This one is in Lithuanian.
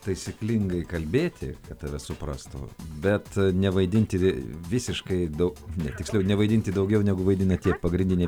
taisyklingai kalbėti kad tave suprastų bet nevaidinti visiškai daug tiksliau nevaidinti daugiau negu vaidina tie pagrindiniai